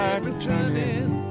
Returning